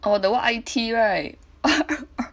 oh that one iTEA right